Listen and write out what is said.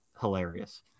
hilarious